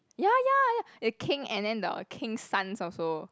ya ya ya the king and then the king sons also